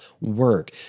work